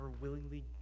willingly